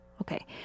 Okay